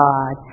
God